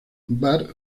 bar